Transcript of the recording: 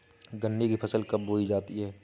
गन्ने की फसल कब बोई जाती है?